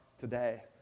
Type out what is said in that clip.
today